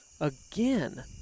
again